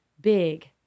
big